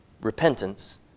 repentance